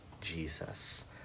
Jesus